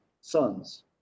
sons